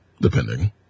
depending